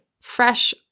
fresh